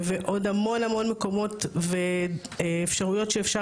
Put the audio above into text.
ועוד המון המון מקומות ואפשרויות שאפשר